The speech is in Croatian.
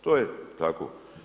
To je tako.